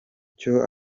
cyo